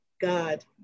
God